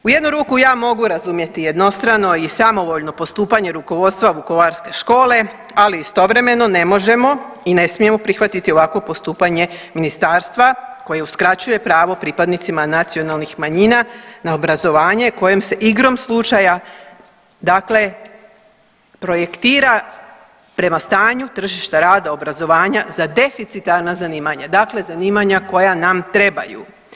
U jednu ruku ja mogu razumjeti jednostrano i samovoljno postupanje rukovodstva vukovarske škole, ali istovremeno ne možemo i ne smijemo prihvatiti ovakvo postupanje ministarstva koje uskraćuje pravo pripadnicima nacionalnih manjina na obrazovanje kojim se igrom slučaja dakle projektira prema stanju tržišta rada obrazovanja za deficitarna zanimanja, dakle zanimanja koja nam trebaju.